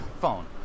phone